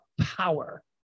power